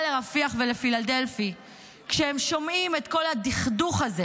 לרפיח ולפילדלפי כשהם שומעים את כל הדכדוך הזה,